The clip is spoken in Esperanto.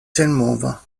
senmova